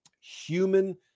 human